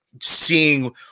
seeing